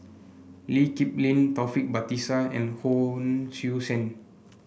Lee Kip Lin Taufik Batisah and Hon Sui Sen